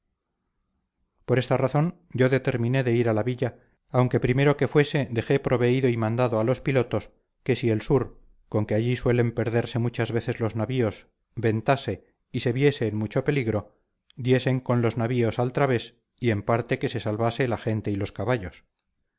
por esta razón yo determiné de ir a la villa aunque primero que fuese dejé proveído y mandado a los pilotos que si el sur con que allí suelen perderse muchas veces los navíos ventase y se viesen en mucho peligro diesen con los navíos al través y en parte que se salvase la gente y los caballos